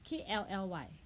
K L L Y